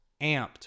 amped